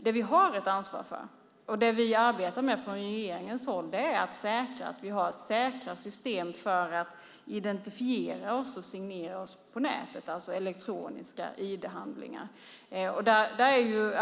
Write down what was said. Det vi har ansvar för, och det vi arbetar med i regeringen, är att se till att vi har säkra system för att identifiera oss och signera på nätet, det vill säga elektroniska ID-handlingar.